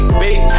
baby